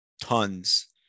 tons